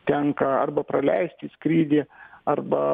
tenka arba praleisti skrydį arba